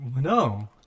No